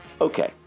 Okay